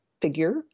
figure